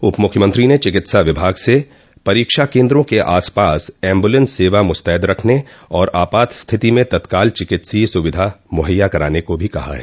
उपमुख्यमंत्री ने चिकित्सा विभाग से परीक्षा केन्द्रों के आसपास एम्बुलेंस सेवा मुस्तैद रखने और आपात स्थिति में तत्काल चिकित्सकीय सुविधा मुहैया कराने को कहा है